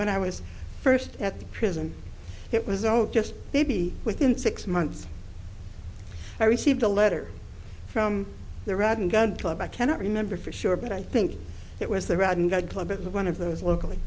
when i was first at the prison it was all just maybe within six months i received a letter from the rod and gun club i cannot remember for sure but i think it was the red and gold club it was one of those locally